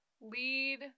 lead